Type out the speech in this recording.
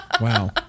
Wow